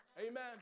Amen